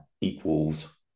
equals